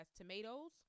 tomatoes